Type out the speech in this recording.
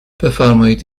بفرمایید